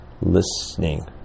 listening